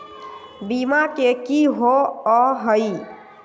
बीमा की होअ हई?